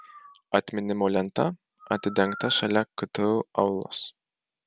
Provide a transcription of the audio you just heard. atminimo lenta atidengta šalia ktu aulos